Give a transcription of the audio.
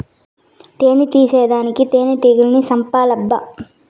తేని తీసేదానికి తేనెటీగల్ని సంపాలబ్బా